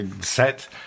set